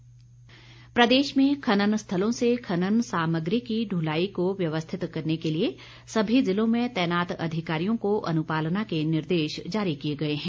खनन प्रदेश में खनन स्थलों से खनन सामग्री की ढ्लाई को व्यवस्थित करने के लिए सभी जिलों में तैनात अधिकारियों को अनुपालना के निर्देश जारी किए गए हैं